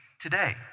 today